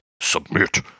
Submit